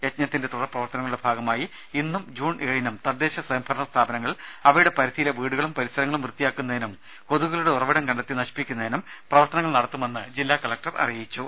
യജ്ഞത്തിന്റെ തുടർപ്രവർത്തനങ്ങളുടെ ഭാഗമായി ഇന്നും ജൂൺ ഏഴിനും തദ്ദേശ സ്വയംഭരണ സ്ഥാപനങ്ങൾ അവയുടെ പരിധിയിലെ വീടുകളും പരിസരങ്ങളും വൃത്തിയാക്കുന്നതിനും കൊതുകുകളുടെ ഉറവിടം കണ്ടെത്തി നശിപ്പിക്കുന്നതിനും പ്രവർത്തനങ്ങൾ നടത്തുമെന്ന് കലക്ടർ അറിയിച്ചു